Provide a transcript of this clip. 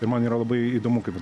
ir man yra labai įdomu kaip